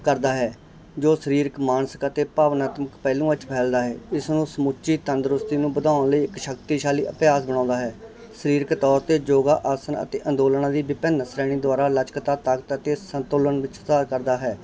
ਕਰਦਾ ਹੈ ਜੋ ਸਰੀਰਕ ਮਾਨਸਿਕ ਅਤੇ ਭਾਵਨਾਤਮਕ ਪਹਿਲੂਆਂ 'ਚ ਫੈਲਦਾ ਹੈ ਇਸ ਨੂੰ ਸਮੁੱਚੀ ਤੰਦਰੁਸਤੀ ਨੂੰ ਵਧਾਉਣ ਲਈ ਇੱਕ ਸ਼ਕਤੀਸ਼ਾਲੀ ਅਭਿਆਸ ਬਣਾਉਂਦਾ ਹੈ ਸਰੀਰਕ ਤੌਰ 'ਤੇ ਯੋਗਾ ਆਸਨ ਅਤੇ ਅੰਦੋਲਨਾਂ ਦੀ ਵਿਭਿੰਨ ਸ਼੍ਰੇਣੀ ਦੁਆਰਾ ਲਚਕਤਾ ਤਾਕਤ ਅਤੇ ਸੰਤੁਲਨ ਵਿੱਚ ਸੁਧਾਰ ਕਰਦਾ ਹੈ